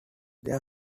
they